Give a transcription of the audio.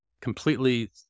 completely